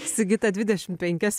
sigita dvidešim penkias